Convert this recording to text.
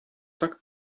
tak